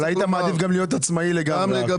אבל היית מעדיף להיות עצמאי לגמרי.